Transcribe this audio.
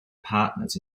partners